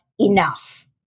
enough